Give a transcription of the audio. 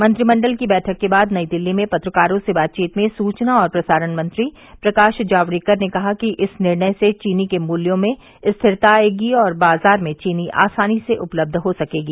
मंत्रिमंडल की बैठक के बाद नई दिल्ली में पत्रकारों से बातचीत में सुचना और प्रसारण मंत्री प्रकाश जावड़ेकर ने कहा कि इस निर्णय से चीनी के मूल्यों में स्थिरता आएगी और बाजार में चीनी आसानी से उपलब्ध हो सकेगी